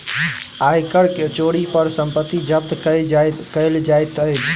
आय कर के चोरी पर संपत्ति जब्त कएल जाइत अछि